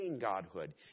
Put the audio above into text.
godhood